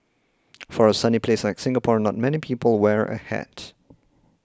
for a sunny place like Singapore not many people wear a hat